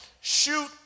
shoot